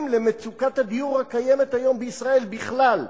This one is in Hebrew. על מצוקת הדיור הקיימת היום בישראל בכלל.